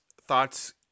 thoughts